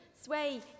sway